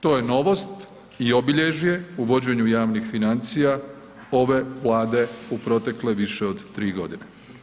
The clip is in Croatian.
To je novost i obilježje u vođenju javnih financija ove Vlade u protekle više od 3 godine.